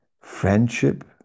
Friendship